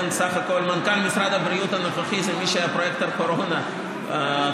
סך הכול מנכ"ל משרד הבריאות הנוכחי זה מי שהיה פרויקטור הקורונה קודם.